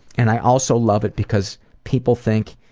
and i also love it because people think,